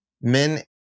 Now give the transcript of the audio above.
men